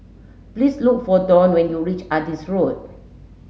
please look for Donn when you reach Adis Road